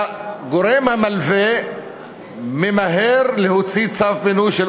הגורם המלווה ממהר להוציא צו פינוי של